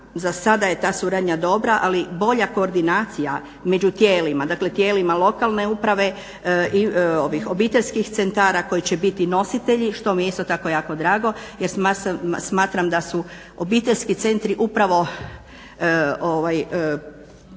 za sada je ta suradnja dobra ali bolja koordinacija među tijelima, dakle tijelima lokalne uprave i obiteljskih centara koji će biti nositelji što mi je isto tako jako drago jer smatram da su obiteljski centri upravo